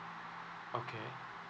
okay